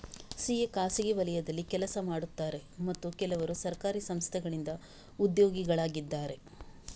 CA ಖಾಸಗಿ ವಲಯದಲ್ಲಿ ಕೆಲಸ ಮಾಡುತ್ತಾರೆ ಮತ್ತು ಕೆಲವರು ಸರ್ಕಾರಿ ಸಂಸ್ಥೆಗಳಿಂದ ಉದ್ಯೋಗಿಗಳಾಗಿದ್ದಾರೆ